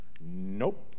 Nope